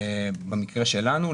במקרה שלנו,